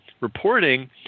reporting